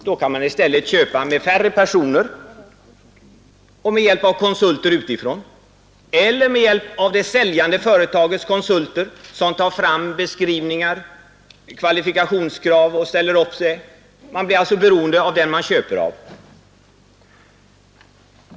Då kan man köpa med färre personer och med hjälp av konsulter utifrån eller med hjälp av det säljande företagets konsulter som tar fram beskrivningar och kvalifikationskrav. Man blir alltså beroende av den man köper av.